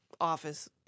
office